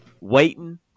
waiting